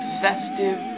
festive